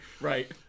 right